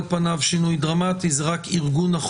יהיה כתוב לעניין פרקים ג'